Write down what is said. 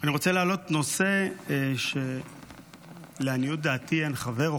אני רוצה להעלות נושא שלעניות דעתי אין חבר הכנסת